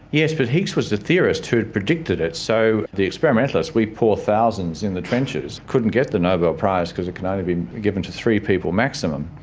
yes but higgs was a theorist who had predicted it. so the experimentalists, we poor thousands in the trenches, couldn't get the nobel prize because it can only be given to three people maximum.